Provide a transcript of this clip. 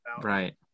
right